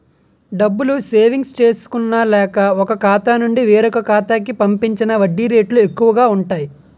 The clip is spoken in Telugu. డబ్బులు సేవింగ్స్ చేసుకున్న లేక, ఒక ఖాతా నుండి వేరొక ఖాతా కి పంపించిన వడ్డీ రేట్లు ఎక్కువు గా ఉంటాయి